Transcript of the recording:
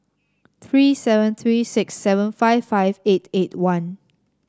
three seven three six seven five five eight eight one